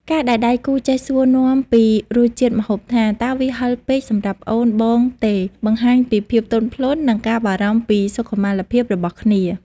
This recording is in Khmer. ការដែលដៃគូចេះសួរនាំពីរសជាតិម្ហូបថា "តើវាហឹរពេកសម្រាប់អូន/បងទេ?" បង្ហាញពីភាពទន់ភ្លន់ និងការបារម្ភពីសុខុមាលភាពរបស់គ្នា។